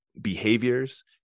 behaviors